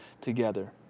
together